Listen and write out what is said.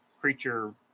creature